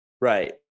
Right